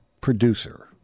producer